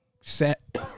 Set